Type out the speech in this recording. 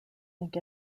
think